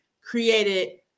created